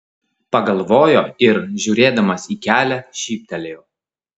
pagalvojo ir žiūrėdamas į kelią šyptelėjo